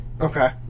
Okay